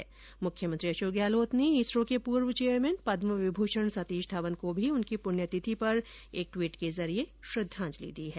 इसके साथ ही मुख्यमंत्री अशोक गहलोत ने इसरो के पूर्व चैयरमेन पद्मविमूषण सतीश धवन को भी उनकी पुण्यतिथि पर एक ट्वीट के जरिये श्रद्धांजलि दी है